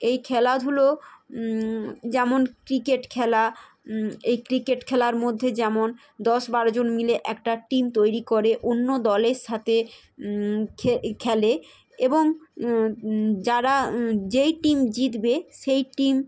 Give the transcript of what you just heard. এই খেলাধুলো যেমন ক্রিকেট খেলা এই ক্রিকেট খেলার মধ্যে যেমন দশ বারোজন মিলে একটা টিম তৈরি করে অন্য দলের সাতে খেলে এবং যারা যেই টিম জিতবে সেই টিম